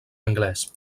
anglès